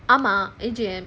ஆமா:aamaa A_G_M